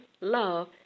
Love